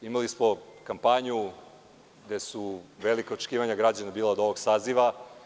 Imali smo kampanju gde su velika očekivanja građana bila od ovog saziva.